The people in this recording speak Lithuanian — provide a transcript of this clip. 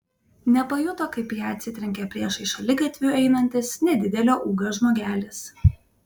nepajuto kaip į ją atsitrenkė priešais šaligatviu einantis nedidelio ūgio žmogelis